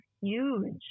huge